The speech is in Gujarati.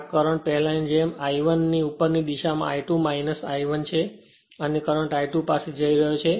તેથી આ કરંટ પહેલાની જેમ જ I 1 ની ઉપરની દિશા I2 I 1 છે અને આ કરંટ I2 પાસે જઈ રહ્યો છે